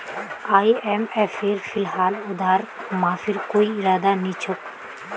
आईएमएफेर फिलहाल उधार माफीर कोई इरादा नी छोक